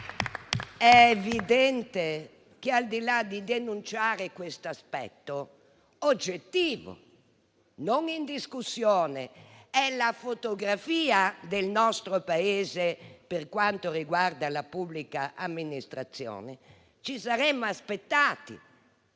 È evidente che, al di là del fatto di denunciare questo aspetto (oggettivo e non in discussione, perché è la fotografia del nostro Paese per quanto riguarda la pubblica amministrazione), ci saremmo aspettati